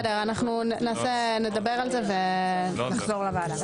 מדבר על זה ונחזור לוועדה.